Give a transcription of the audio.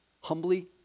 humbly